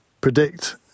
predict